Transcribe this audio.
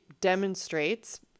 demonstrates